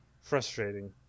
frustrating